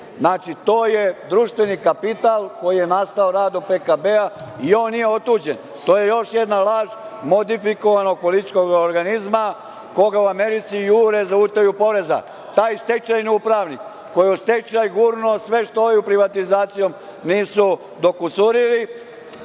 Znači to je društveni kapital koji je nastao radom PKB i on nije otuđen. To je još jedna laž modifikovanog političkog organizma koga u Americi jure za utaju poreza. Taj stečajni upravnik koji je u stečaj gurnu sve što ovi privatizacijom nisu dokusurili,